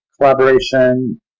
collaboration